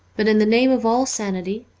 but in the name of all sanity,